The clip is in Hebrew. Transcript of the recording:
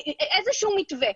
איזה שהוא מתווה,